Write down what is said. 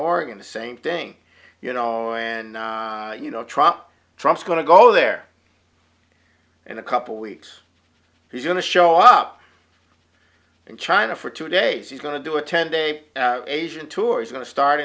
oregon the same thing you know and you know truck trucks going to go there and a couple weeks he's going to show up in china for two days he's going to do a ten day asian tour he's going to start